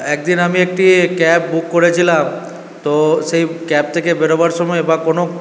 একদিন আমি একটি ক্যাব বুক করেছিলাম তো সেই ক্যাব থেকে বেরোবার সময় বা কোনো